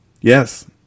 Yes